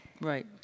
Right